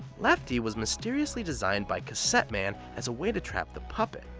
lefty was mysteriously designed by cassette man as a way to trap the puppet.